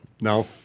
No